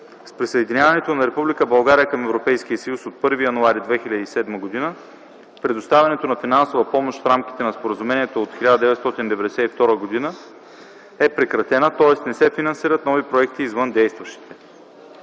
към Европейския съюз от 1 януари 2007 г. предоставянето на финансова помощ в рамките на споразумението от 1992 г. е прекратена, т.е. не се финансират нови проекти извън действащите.